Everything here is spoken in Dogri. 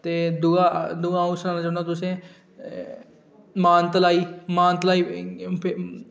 दूआ अंऊ सनाना चाह्नां तुसेंगी मानतलाई मानतलाई